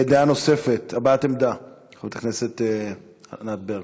דעה נוספת, הבעת עמדה, חברת הכנסת ענת ברקו.